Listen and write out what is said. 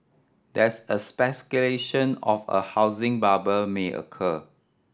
there is a speculation of a housing bubble may occur